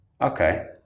Okay